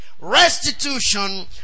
Restitution